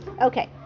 Okay